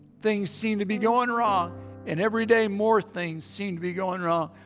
things seem to be going wrong and every day more things seem to be going wrong.